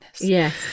Yes